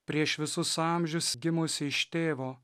prieš visus amžius gimusį iš tėvo